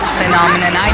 phenomenon